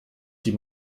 die